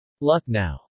Lucknow